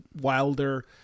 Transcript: wilder